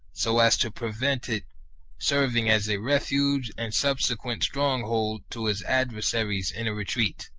so as to prevent it serving as a refuge and subsequent stronghold to his adversaries in a retreat.